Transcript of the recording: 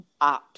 apps